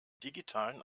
digitalen